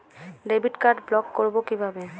Debit card block করব কিভাবে?